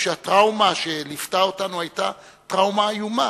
שהטראומה שליוותה אותנו היתה טראומה איומה,